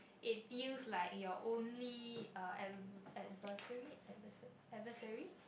it feels like your only uh adve~ adversary adversary adversary